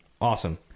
Awesome